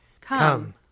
Come